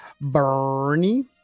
Bernie